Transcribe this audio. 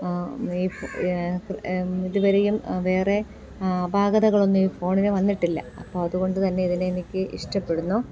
ഈ ഇതുവരെയും വേറെ അപാക തകളൊന്നും ഈ ഫോണിന് വന്നിട്ടില്ല അപ്പം അതുകൊണ്ട് തന്നെ ഇതിനെ എനിക്ക് ഇഷ്ടപ്പെടുന്നു